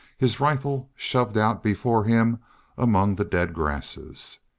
his rifle shoved out before him among the dead grasses,